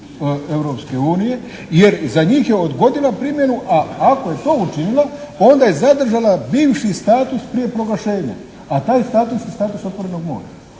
Europske unije jer za njih je odgodila primjenu, a ako je to učinila onda je zadržala bivši status prije proglašenja, a taj status je status otvorenog mora.